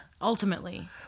Ultimately